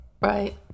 Right